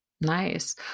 Nice